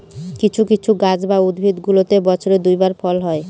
কিছু কিছু গাছ বা উদ্ভিদগুলোতে বছরে দুই বার ফল হয়